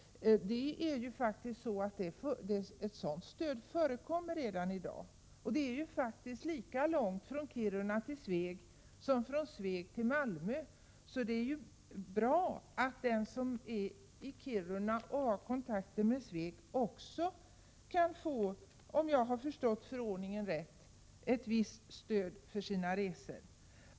Ett sådant här stöd förekommer alltså redan i dag. Det är faktiskt lika långt från Kiruna till Sveg som från Sveg till Malmö. Det är bra att den som är i Kiruna och har kontakter med Sveg också — om jag har förstått förordningen rätt — kan få ett visst stöd för sina resor.